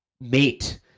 mate